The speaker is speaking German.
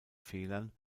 fehlern